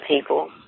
people